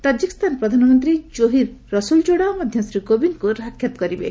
Tajikistan ପ୍ରଧାନମନ୍ତ୍ରୀ Qohir Rasulzoda ମଧ୍ୟ ଶ୍ରୀ କୋବିନ୍ଦ୍ଙ୍କୁ ସାକ୍ଷାତ୍ କରିବେ